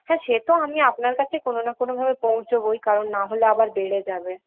হ্যাঁ সে তো আমি আপনার কাছে কোনো না কোনোভাবে পৌঁছোবই কারণ নাহলে আবার বেড়ে যাবে